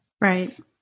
Right